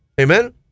amen